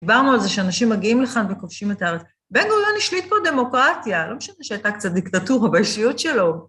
דיברנו על זה שאנשים מגיעים לכאן וכובשים את הארץ, בנו השליט פה דמוקרטיה, לא משנה שהייתה קצת דיקטטורה באישיות שלו.